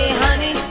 honey